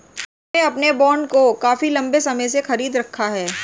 उसने अपने बॉन्ड को काफी लंबे समय से खरीद रखा है